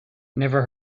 never